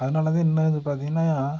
அதுனாலதான் இன்னும் வந்து பார்த்திங்கனா